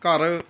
ਘਰ